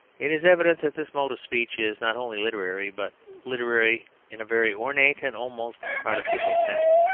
it is evident that this mode of speech is not only literary, but literary in a very ornate and almost artificial sense.